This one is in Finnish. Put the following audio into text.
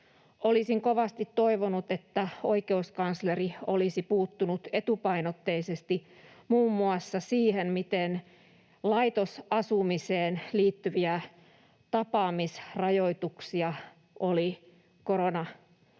Olisin kovasti toivonut, että oikeuskansleri olisi puuttunut etupainotteisesti muun muassa siihen, miten laitosasumiseen liittyviä tapaamisrajoituksia oli koronakriisin